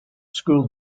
school